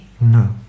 No